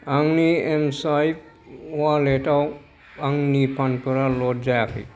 आंनि एमचाइभ वालेटाव आंनि फान्डफोरा लड जायाखै